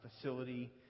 facility